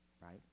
right